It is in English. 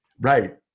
Right